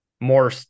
more